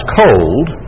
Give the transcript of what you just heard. cold